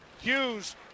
Hughes